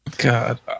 god